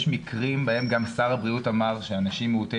יש מקרים שבהם גם שר הבריאות אמר שאנשים מעוטי